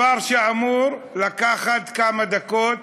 כלומר אמור לקחת כמה דקות